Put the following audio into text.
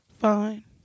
Fine